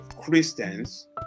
Christians